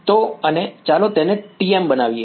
તો અને ચાલો તેને TM બનાવીએ